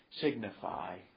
signify